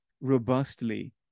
robustly